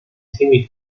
tamed